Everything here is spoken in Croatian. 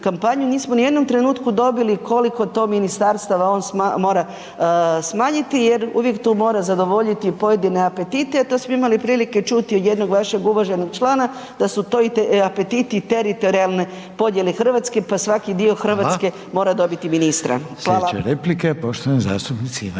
nismo u nijednom trenutku dobili koliko to ministarstava on mora smanjiti jer uvijek tu mora zadovoljiti pojedine apetite jer to smo imali prilike čuti od jednog vašeg uvaženog člana, da su to apetiti teritorijalne podjele Hrvatske, pa svaki dio Hrvatske .../Upadica: Hvala./... mora dobiti ministra.